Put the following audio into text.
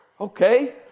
Okay